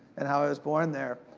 and how i was born there.